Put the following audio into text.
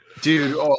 Dude